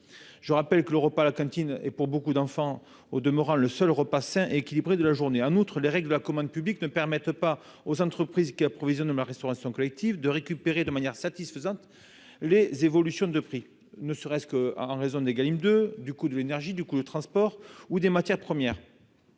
je rappelle que le repas à la cantine et pour beaucoup d'enfants au demeurant le seul équilibré de la journée, un outre les règles de la commande publique ne permettent pas aux entreprises qui approvisionne ma restauration collective de récupérer de manière satisfaisante les évolutions de prix ne serait-ce qu'en raison de égal de du coût de l'énergie, du coup, le transport ou des matières premières